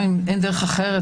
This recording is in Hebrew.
דרושה.